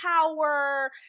power